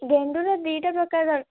ଗେଣ୍ଡୁର ଦି'ଟା ପ୍ରକାର ଦର୍